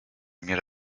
мир